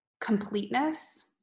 completeness